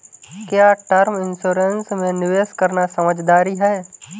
क्या term insurance में निवेश करना समझदारी है?